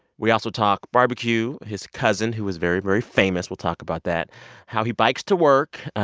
we also talk barbecue, his cousin, who is very, very famous we'll talk about that how he bikes to work.